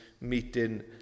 meeting